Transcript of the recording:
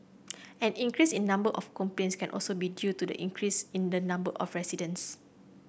an increase in number of complaints can also be due to the increase in the number of residents